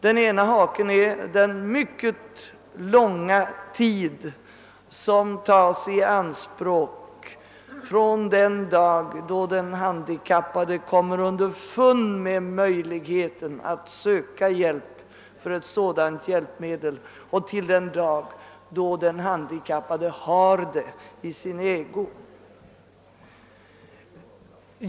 Den ena är att det tar mycket lång tid från den dag då den handikappade kommer underfund med möjligheten att söka bidrag för ett sådant hjälpmedel till den dag då den handikappade har det i sin ägo.